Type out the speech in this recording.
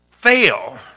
fail